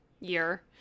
year